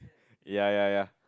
ya ya ya